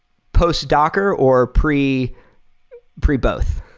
post docker, or pre pre both.